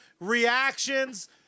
reactions